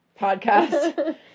podcast